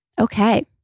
Okay